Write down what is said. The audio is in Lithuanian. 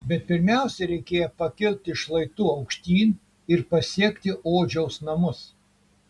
bet pirmiausia reikėjo pakilti šlaitu aukštyn ir pasiekti odžiaus namus